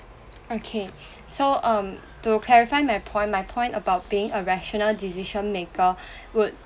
okay so um to clarify my point my point about being a rational decision maker would